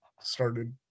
started